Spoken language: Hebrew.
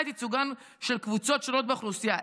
את ייצוגן של קבוצות שונות באוכלוסייה.